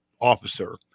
officer